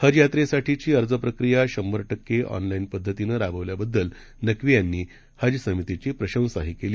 हज यात्रेसाठीची अर्जप्रक्रिया शंभर टक्के ऑनलाईन पद्धतीनं राबवल्याबद्दल नक्वी यांनी हज समितीची प्रशंसाही केली